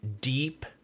deep